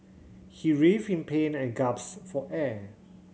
he writhed in pain and gasped for air